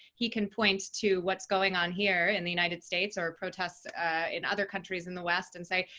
he can point to what's going on here in the united states, or protests in other countries in the west, and say,